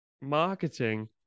marketing